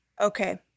Okay